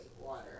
Water